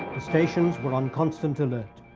the stations were on constant alert.